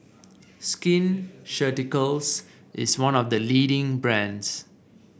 Skin Ceuticals is one of the leading brands